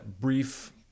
brief